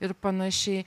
ir panašiai